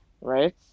Right